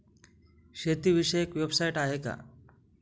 शेतीविषयक वेबसाइट आहे का?